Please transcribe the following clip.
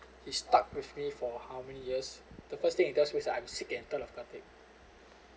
he stuck with me for how many years the first thing he does was when I'm sick and tired of car~